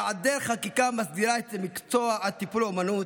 בהיעדר חקיקה המסדירה את מקצוע הטיפול באומנות,